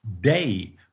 day